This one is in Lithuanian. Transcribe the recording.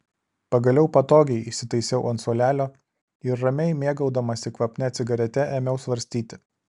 pagaliau patogiai įsitaisiau ant suolelio ir ramiai mėgaudamasi kvapnia cigarete ėmiau svarstyti